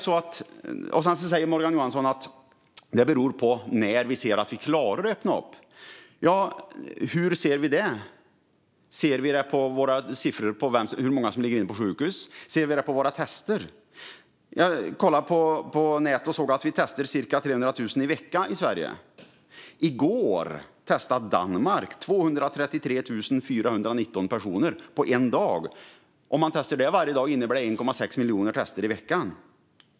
Morgan Johansson säger att vi ska öppna upp när vi ser att vi klarar av det. Men hur ser vi det? Ser vi det på våra siffror över hur många som ligger på sjukhus? Ser vi det på våra tester? Jag kollade på nätet och såg att vi testar cirka 300 000 i veckan i Sverige. I går testade Danmark 233 419 personer på en dag. Om man testar så många varje dag innebär det 1,6 miljoner tester i veckan.